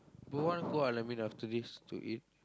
bro wanna go out let me know after this to eat